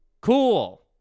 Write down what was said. Cool